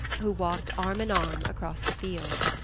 who walked arm-in-arm across the field.